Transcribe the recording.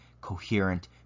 coherent